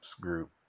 group